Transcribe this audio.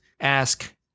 ask